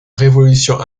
révolution